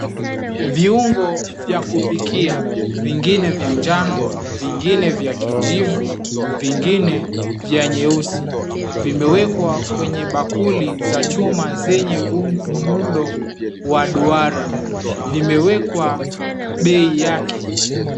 Viungo vya kupikia vingine vya njano, vingine vya kijivu, vingine vya nyeusi vimewekwa kwenye bakuli za chuma zenye muundo wa duara zimewekwa bei yake.